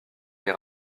les